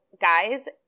guys